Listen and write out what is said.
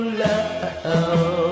love